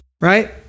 right